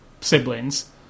siblings